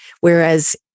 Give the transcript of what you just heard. whereas